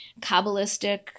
Kabbalistic